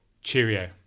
cheerio